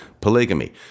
polygamy